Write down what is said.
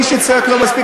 מי שצועק "לא מספיק",